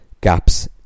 gaps